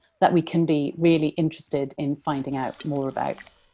that we can be really interested in finding out more about.